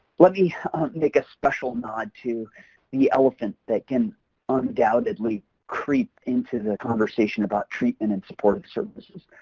let me make a special nod to the elephant that can undoubtedly creep into the conversation about treatment and supportive services.